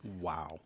Wow